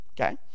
okay